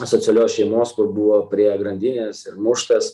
asocialios šeimos kur buvo prie grandinės ir muštas